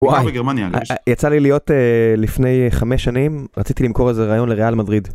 הוא היה בגרמניה... יצא לי להיות לפני חמש שנים רציתי למכור איזה רעיון לריאל מדריד.